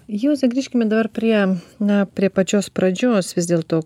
juozai grįžkime dar prie na prie pačios pradžios vis dėlto